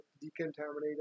decontaminated